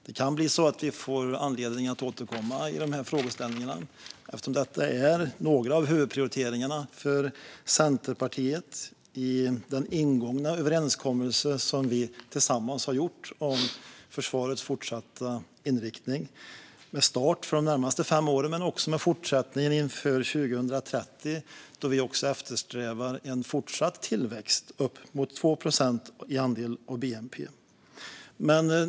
Det kan bli så att vi får anledning att återkomma i de här frågeställningarna, eftersom detta är några av huvudprioriteringarna för Centerpartiet i den överenskommelse som vi tillsammans har gjort om försvarets fortsatta inriktning med start för de närmaste fem åren men också med fortsättningen inför 2030, då vi också eftersträvar en fortsatt tillväxt uppemot 2 procent i andel av bnp.